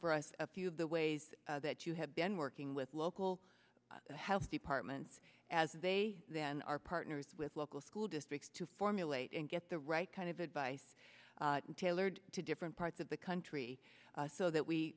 for us a few of the ways that you have been working with local health departments as they then are partners with local school districts to formulate and get the right kind of advice tailored to different parts of the country so that we